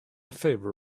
favor